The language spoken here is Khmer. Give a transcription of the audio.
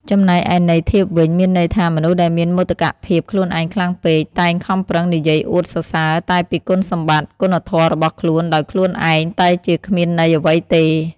ចំណែកឯន័យធៀបវិញ មានន័យថា មនុស្សដែលមានមោទកភាពខ្លួនឯងខ្លាំងពេក តែងខំប្រឹងនិយាយអួតសរសើរតែពីគុណសម្បត្តិ គុណធម៌របស់ខ្លួនដោយខ្លួនឯង តែជាគ្មានន័យអ្វីទេ។